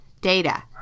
data